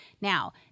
now